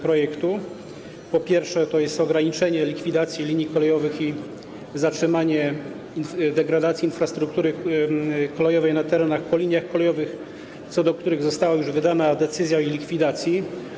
Po pierwsze, jest to ograniczenie likwidacji linii kolejowych i zatrzymanie degradacji infrastruktury kolejowej na terenach po liniach kolejowych, co do których została już wydana decyzja o likwidacji.